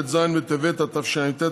ט"ז בטבת התשע"ט,